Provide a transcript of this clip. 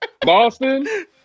Boston